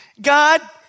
God